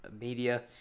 media